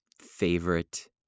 favorite